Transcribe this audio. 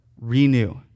renew